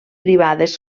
privades